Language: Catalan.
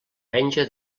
penja